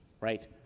right